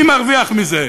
מי מרוויח מזה.